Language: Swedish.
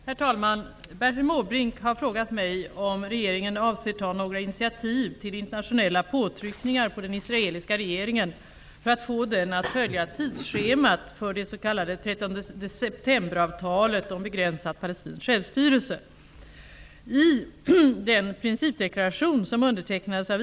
Herr talman! Bertil Måbrink har frågat mig om regeringen avser ta några initiativ till internationella påtryckningar på den israeliska regeringen för att få den att följa tidsschemat för det s.k. 13-september-avtalet om begränsat palestinskt självstyre.